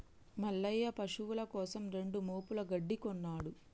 మల్లయ్య పశువుల కోసం రెండు మోపుల గడ్డి కొన్నడు